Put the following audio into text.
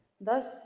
Thus